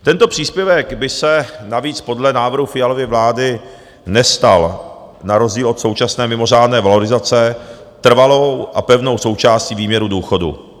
Tento příspěvek by se navíc podle návrhu Fialovy vlády nestal na rozdíl od současné mimořádné valorizace trvalou a pevnou součástí výměru důchodu.